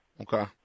Okay